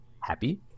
happy